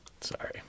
sorry